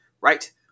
right